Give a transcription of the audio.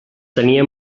tenia